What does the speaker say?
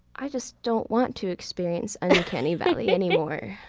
i just don't want to experience and uncanny valley anymore.